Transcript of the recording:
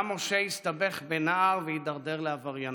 גם משה הסתבך כנער והידרדר לעבריינות.